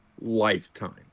lifetime